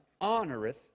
honoreth